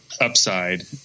upside